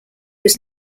was